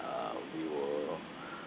uh we will